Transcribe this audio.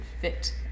fit